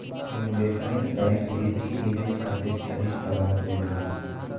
investment bank वित्तीय निवेश खातिर सही सलाह देबेला